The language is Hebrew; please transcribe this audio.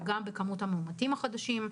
וגם בכמות המאומתים החדשים.